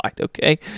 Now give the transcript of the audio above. okay